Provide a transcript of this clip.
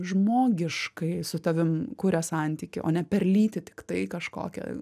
žmogiškai su tavim kuria santykį o ne per lytį tiktai kažkokią